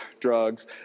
drugs